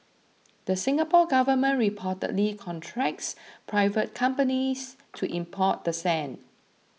the Singapore Government reportedly contracts private companies to import the sand